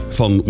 van